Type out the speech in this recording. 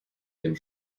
dem